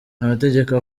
amategeko